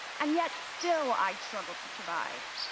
and, yet still i struggled to survive.